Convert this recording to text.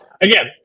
Again